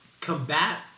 combat